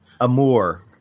amour